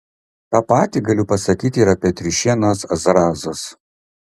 tą patį galiu pasakyti ir apie triušienos zrazus